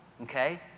okay